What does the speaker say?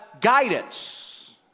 guidance